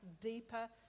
deeper